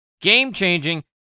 game-changing